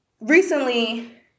recently